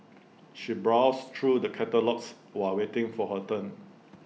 she browsed through the catalogues while waiting for her turn